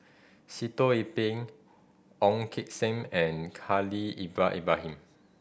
Sitoh Yih Pin Ong Kim Seng and Haslir Ibrahim